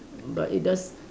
but it does